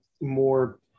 more